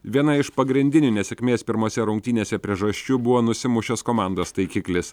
viena iš pagrindinių nesėkmės pirmose rungtynėse priežasčių buvo nusimušęs komandos taikiklis